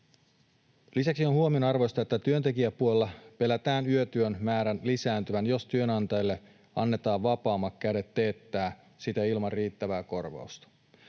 Lisäksi on huomionarvoista, että työntekijäpuolella pelätään yötyön määrän lisääntyvän, jos työnantajille annetaan vapaammat kädet teettää sitä ilman riittävää korvausta.